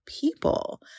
people